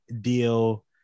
deal